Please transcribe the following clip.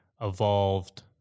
evolved